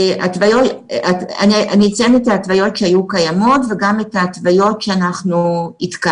אני אציין את ההתוויות שהיו קיימות וגם את ההתוויות שעדכנו.